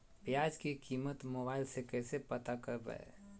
प्याज की कीमत मोबाइल में कैसे पता करबै?